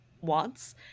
wants